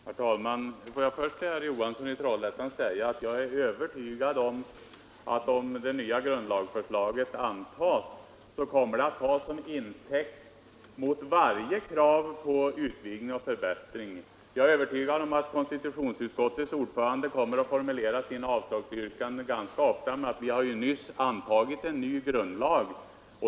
Herr talman! Jag vill först till herr Johansson i Trollhättan säga att jag är övertygad om att om det nya grundlagsförslaget antas, kommer det att tas som intäkt mot varje krav på utvidgning och förbättring. Konstitutionsutskottets ordförande kommer utan tvivel ganska ofta att motivera sina avslagsyrkanden med att vi ju nyss har antagit en ny grundlag.